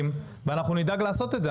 ואנחנו נדאג לעשות את זה.